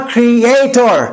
Creator